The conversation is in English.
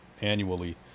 annually